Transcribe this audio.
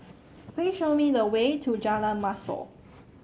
please show me the way to Jalan Mashor